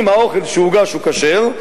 אם האוכל שהוגש הוא כשר,